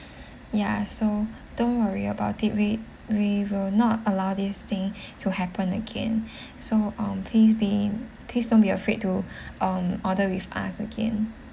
ya so don't worry about it we we will not allow this thing to happen again so um please be please don't be afraid to um order with us again